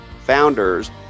founders